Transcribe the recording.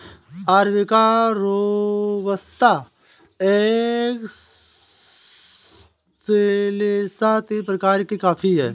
arabica robusta excelsa तीन प्रकार के कॉफी हैं